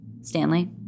Stanley